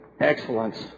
excellence